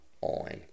on